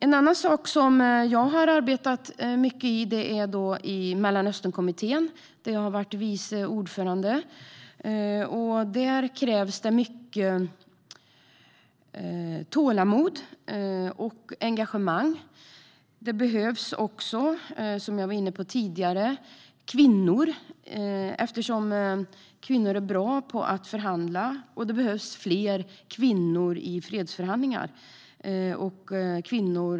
Jag har även arbetat mycket i Mellanösternkommittén, där jag också varit viceordförande. Där krävs det mycket tålamod och engagemang. Det behövs kvinnor, som jag var inne på tidigare, eftersom kvinnor är bra på att förhandla. Det behövs fler kvinnor i fredsförhandlingar.